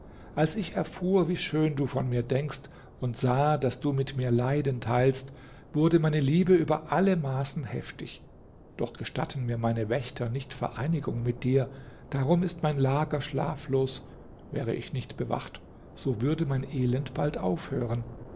als ich erfuhr wie schön du von mir denkst und sah daß du mit mir leiden teilst wurde meine liebe über alle maßen heftig doch gestatten mir meine wächter nicht vereinigung mit dir darum ist mein lager schlaflos wäre ich nicht bewacht so würde mein elend bald aufhören